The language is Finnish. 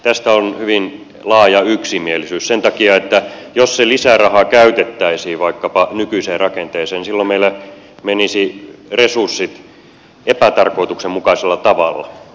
tästä on hyvin laaja yksimielisyys sen takia että jos se lisäraha käytettäisiin vaikkapa nykyiseen rakenteeseen niin silloin meillä menisivät resurssit epätarkoituksenmukaisella tavalla